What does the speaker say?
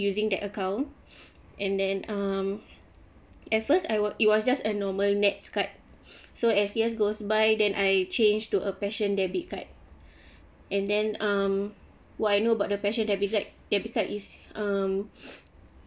using that account and then um at first I was it was just a normal nets card so as years goes by then I change to a passion debit card and then um what I know about the passion debit card debit card is um